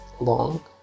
long